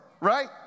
right